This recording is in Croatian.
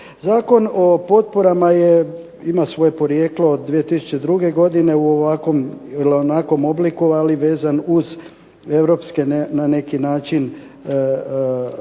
Zakon o potporama je ima svoje porijeklo od 2002. godine, u ovakvom ili onakvom obliku ali vezan na neki način resurse